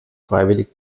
freiwillig